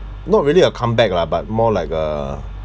not really a comeback lah but more like a